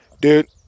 dude